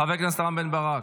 חבר הכנסת רם בן ברק,